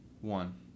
one